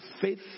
faith